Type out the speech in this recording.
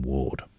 Ward